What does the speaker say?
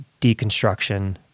deconstruction